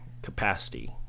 capacity